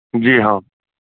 Araria Bihar